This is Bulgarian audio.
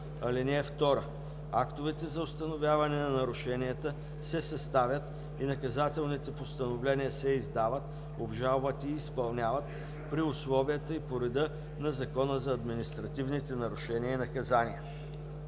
(2) Актовете за установяване на нарушенията се съставят и наказателните постановления се издават, обжалват и изпълняват при условията и по реда на Закона за административните нарушения и наказания.“